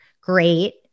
great